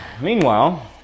meanwhile